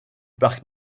parc